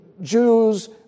Jews